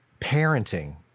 parenting